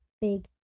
big